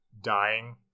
dying